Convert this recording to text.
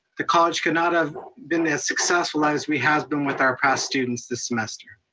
the college could not have been as successful as we have been with our past students this semester.